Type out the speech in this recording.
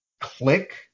Click